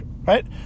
right